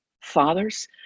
fathers